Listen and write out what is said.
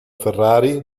ferrari